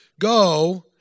go